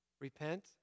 Repent